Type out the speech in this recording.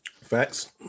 Facts